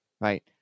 right